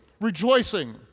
rejoicing